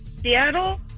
Seattle